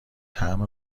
طعم